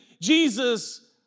Jesus